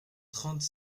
trente